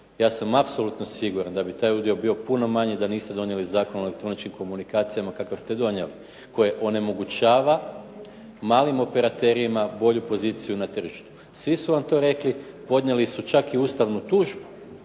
ja sam apsolutno siguran da bi taj udio bio puno manji da niste donijeli Zakon o elektroničkim komunikacijama kakav ste donijeli koji onemogućava malim operaterima bolju poziciju na tržištu. Svi su vam to rekli, podnijeli su čak u ustavnu tužbu